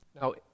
Now